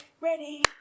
ready